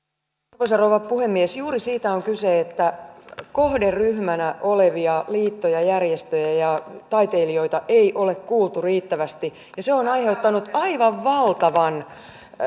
arvoisa rouva puhemies juuri siitä on kyse että kohderyhmänä olevia liittoja järjestöjä ja taiteilijoita ei ole kuultu riittävästi ja se on aiheuttanut aivan valtavan